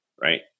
right